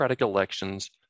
elections